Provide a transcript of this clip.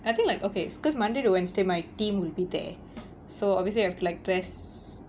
I think like okay because monday to wednesday my team will be there so obviously I have to like dress